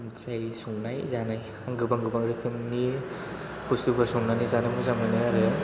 ओमफ्राय संनाय जानाय गोबां गोबां रोखोमनि बुस्थुफोर संनानै जानो मोजां मोनो आरो